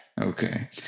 Okay